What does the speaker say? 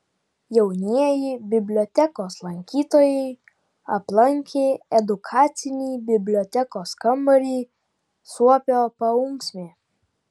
jaunieji bibliotekos lankytojai aplankė edukacinį bibliotekos kambarį suopio paunksmė